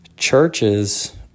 churches